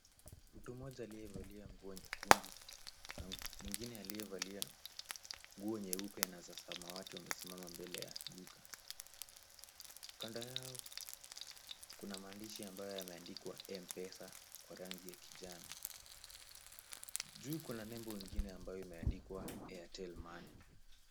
Mtu mmoja aliyevalia nguo nyekundu na mwingine aliyevalia nguo nyeupe na za samawati wamesimama mbele ya duka. Kando yao kuna maandishi ambayo yameandikwa M-Pesa kwa rangi kijani. Juu kuna nembo ingine ambayo imeandikwa Airtel Money.